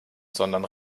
sondern